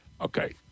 okay